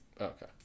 Okay